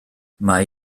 mae